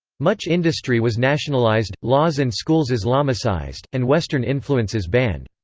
much industry was nationalized, laws and schools islamicized, and western influences banned.